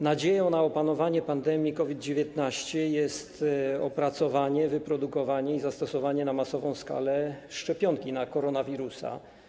Nadzieją na opanowanie pandemii COVID-19 jest opracowanie, wyprodukowanie i zastosowanie na masową skalę szczepionki na koronawirusa.